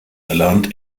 erlernt